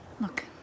Look